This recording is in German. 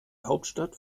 hauptstadt